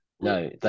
No